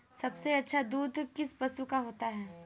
सबसे अच्छा दूध किस पशु का होता है?